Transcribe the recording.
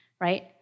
right